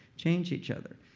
change each other.